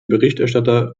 berichterstatter